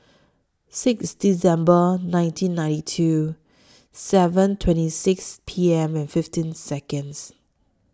six December nineteen ninety two seven twenty six P M and fifteen Seconds